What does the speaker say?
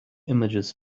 images